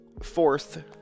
fourth